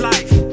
Life